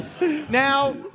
Now